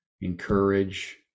encourage